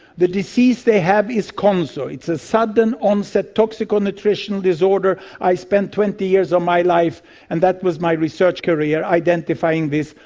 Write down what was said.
the disease they have is konzo, it's a sudden-onset toxico-nutritional disorder, i spent twenty years of my life and that was my research career, identifying this,